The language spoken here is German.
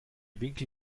winkel